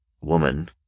woman